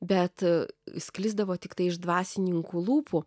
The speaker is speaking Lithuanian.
bet sklisdavo tiktai iš dvasininkų lūpų